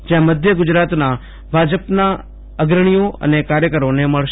જ્યાં મધ્ય ગુજરાતના ભાજપના અગ્રણીઓ અને કાર્યકરોને મળશે